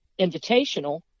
Invitational